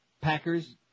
Packers